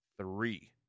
three